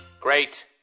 Great